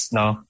no